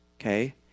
Okay